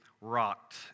Rocked